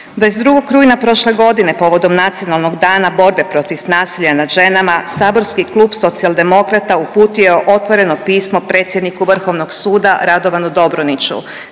22. rujna prošle godine povodom Nacionalnog dana borbe protiv nasilja nad ženama saborski klub Socijaldemokrata uputio otvoreno pismo predsjedniku Vrhovnog suda Radovanu Dobroniću